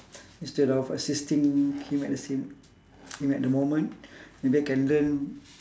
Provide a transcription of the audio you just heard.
instead of assisting him at the same him at the moment maybe I can learn